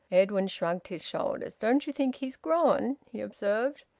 edwin shrugged his shoulders. don't you think he's grown? he observed.